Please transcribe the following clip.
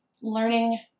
learning